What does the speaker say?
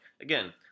again